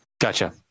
Gotcha